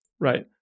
right